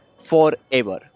forever